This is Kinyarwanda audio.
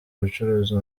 ubucuruzi